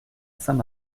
saint